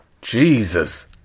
Jesus